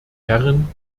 herren